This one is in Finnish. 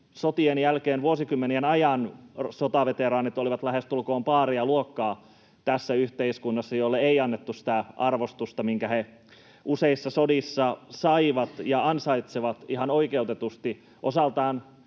Sotien jälkeen vuosikymmenien ajan sotaveteraanit olivat tässä yhteiskunnassa lähestulkoon paarialuokkaa, jolle ei annettu sitä arvostusta, minkä he useissa sodissa saivat ja ansaitsevat ihan oikeutetusti. Osaltaan